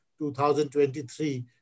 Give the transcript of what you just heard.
2023